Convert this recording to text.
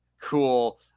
cool